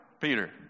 Peter